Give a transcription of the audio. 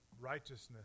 righteousness